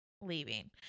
leaving